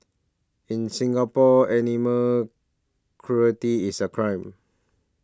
in Singapore animal cruelty is a crime